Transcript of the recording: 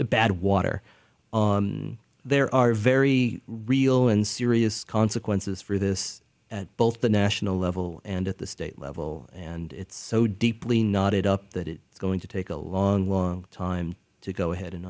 the bad water there are very real and serious consequences for this both the national level and at the state level and it's so deeply knotted up that it is going to take a long long time to go ahead and